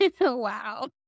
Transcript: Wow